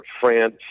France